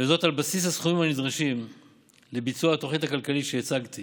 וזאת על בסיס הסכומים הנדרשים לביצוע התוכנית הכלכלית שהצגתי